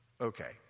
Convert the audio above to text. Okay